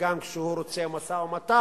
וגם כשהוא רוצה משא-ומתן,